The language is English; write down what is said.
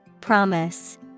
Promise